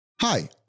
Hi